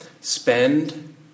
Spend